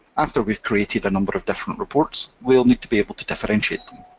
after we've created a number of different reports, we'll need to be able to differentiate them.